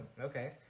okay